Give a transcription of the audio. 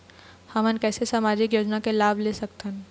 हमन कैसे सामाजिक योजना के लाभ ले सकथन?